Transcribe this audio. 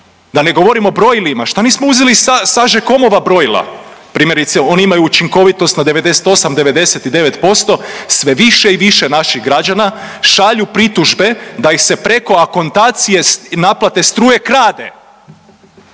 Da ne govorim o brojilima, šta nismo Sagemcomova brojila? Primjerice, oni imaju učinkovitost na 98, 99%, sve više i više naših građana šalju pritužbe da ih se preko akontacije naplate struje krade.